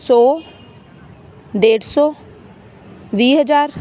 ਸੌ ਡੇਢ ਸੌ ਵੀਹ ਹਜ਼ਾਰ